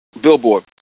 Billboard